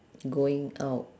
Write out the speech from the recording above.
going out